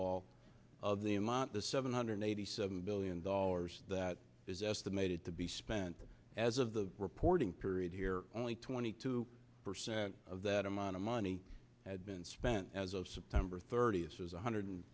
all of the amount the seven hundred eighty seven billion dollars that is estimated to be spent as of the reporting period here only twenty two percent of that amount of money had been spent as of september thirtieth one hundred